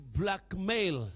blackmail